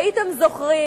הייתם זוכרים